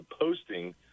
posting